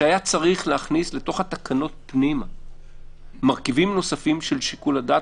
שהיה צריך להכניס לתוך התקנות פנימה מרכיבים נוספים של שיקול הדעת,